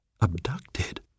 Abducted